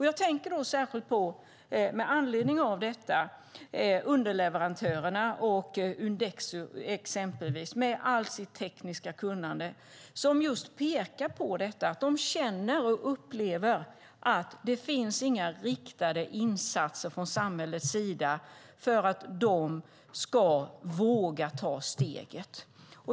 Jag tänker särskilt på underleverantörerna och Undexo exempelvis med allt sitt tekniska kunnande som just pekar på att de känner och upplever att det inte finns några riktade insatser från samhällets sida för att företagen ska våga ta steget.